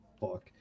fuck